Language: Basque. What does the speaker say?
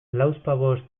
lauzpabost